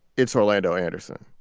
it's orlando anderson.